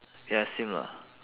ya same lah